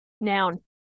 noun